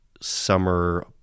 summer